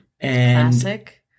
Classic